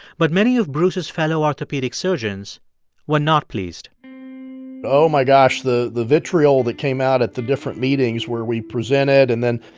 but many of bruce's fellow orthopedic surgeons were not pleased oh, my gosh, the the vitriol that came out at the different meetings where we presented, and then,